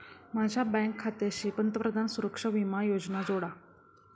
माझ्या बँक खात्याशी पंतप्रधान सुरक्षा विमा योजना जोडा